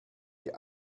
die